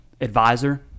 advisor